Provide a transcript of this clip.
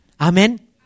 Amen